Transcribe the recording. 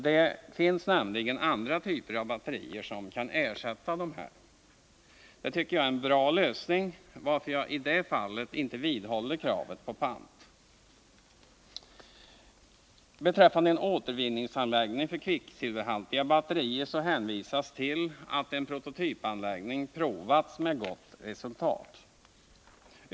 Det finns nämligen andra typer av batterier som kan ersätta dem. Det tycker jag är en bra lösning, varför jag i det fallet inte vidhåller kravet på pant. Beträffande en återvinningsanläggning för kvicksilverhaltiga batterier hänvisas till att en prototypanläggning provats med gott resultat.